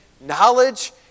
knowledge